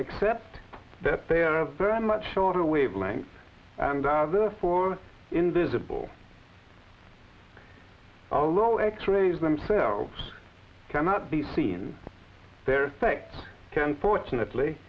except that they are very much shorter wavelengths and are therefore invisible although x rays themselves cannot be seen their sect can fortunately